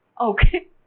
Okay